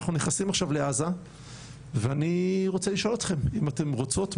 'אנחנו נכנסים עכשיו לעזה ואני רוצה לשאול אותכן אם אתן רוצות,